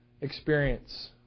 experience